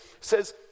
says